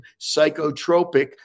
psychotropic